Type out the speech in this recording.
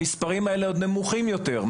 המספרים האלה עוד נמוכים יותר.